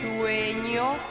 sueño